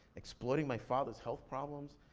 exploiting my father's health problems,